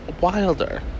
wilder